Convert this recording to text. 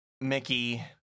Mickey-